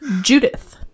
Judith